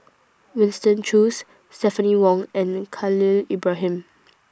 Winston Choos Stephanie Wong and Khalil Ibrahim